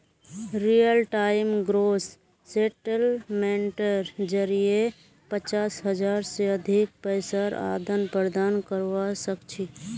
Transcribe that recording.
real time gross सेटलमेंटेर जरिये पचास हज़ार से अधिक पैसार आदान प्रदान करवा सक छी